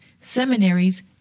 seminaries